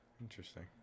Interesting